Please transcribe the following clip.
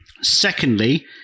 Secondly